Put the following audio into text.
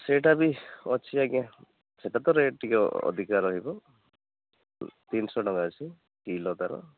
ସେଇଟା ବି ଅଛି ଆଜ୍ଞା ସେଇଟା ତ ରେଟ୍ ଟିକେ ଅଧିକା ରହିବ ତିନିଶହ ଟଙ୍କା ଅଛି କିଲୋ ତା'ର